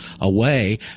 away